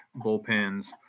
bullpens